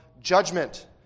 judgment